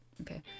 okay